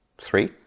three